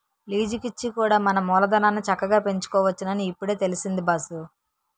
లీజికిచ్చి కూడా మన మూలధనాన్ని చక్కగా పెంచుకోవచ్చునని ఇప్పుడే తెలిసింది బాసూ